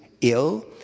ill